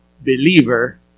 Believer